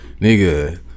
nigga